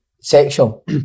sexual